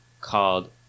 called